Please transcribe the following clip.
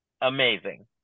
amazing